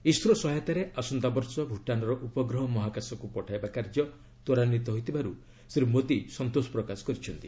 ISRO ସହାୟତାରେ ଆସନ୍ତାବର୍ଷ ଭୁଟାନର ଉପଗ୍ରହ ମହାକାଶକୁ ପଠାଇବା କାର୍ଯ୍ୟ ତ୍ୱରାନ୍ୱିତ ହୋଇଥିବାରୁ ଶ୍ରୀ ମୋଦି ସନ୍ତୋଷ ପ୍ରକାଶ କରିଛନ୍ତି